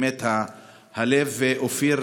אופיר,